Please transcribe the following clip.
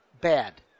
bad